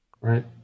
right